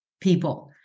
people